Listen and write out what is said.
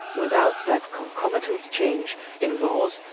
without that concomitant change in laws,